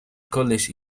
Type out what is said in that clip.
college